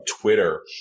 Twitter